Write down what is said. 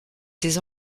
ses